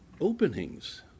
openings